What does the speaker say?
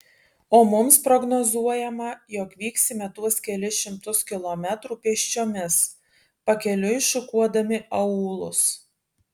o mums prognozuojama jog vyksime tuos kelis šimtus kilometrų pėsčiomis pakeliui šukuodami aūlus